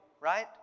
right